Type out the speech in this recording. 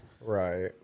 Right